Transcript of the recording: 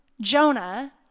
Jonah